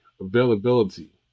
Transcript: availability